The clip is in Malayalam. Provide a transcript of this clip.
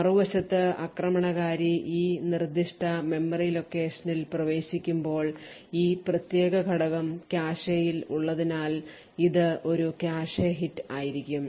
മറുവശത്ത് ആക്രമണകാരി ഈ നിർദ്ദിഷ്ട മെമ്മറി ലൊക്കേഷനിൽ പ്രവേശിക്കുമ്പോൾ ഈ പ്രത്യേക ഘടകം കാഷെയിൽ ഉള്ളതിനാൽ ഇത് ഒരു കാഷെ ഹിറ്റ് ആയിരിക്കും